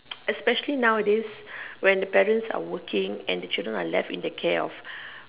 especially nowadays when the parents are working and the children are left in the care of